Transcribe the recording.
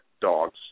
dogs